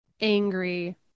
angry